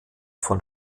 von